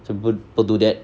it's a good go do that